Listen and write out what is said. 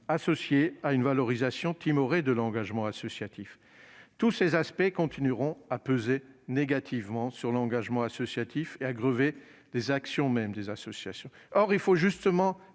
associées à une valorisation timorée de l'engagement associatif. Tous ces aspects continueront de peser négativement sur l'engagement associatif et de grever les actions mêmes des associations. Or il faut justement